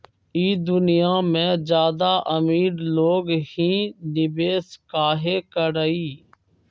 ई दुनिया में ज्यादा अमीर लोग ही निवेस काहे करई?